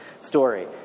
story